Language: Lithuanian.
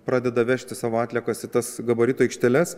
pradeda vežti savo atliekas į tas gabaritų aikšteles